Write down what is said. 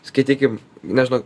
skaitykim nežinau